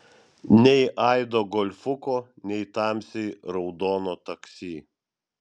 nei aido golfuko nei tamsiai raudono taksi